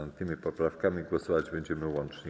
Nad tymi poprawkami głosować będziemy łącznie.